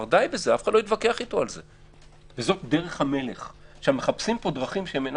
בדברים האלה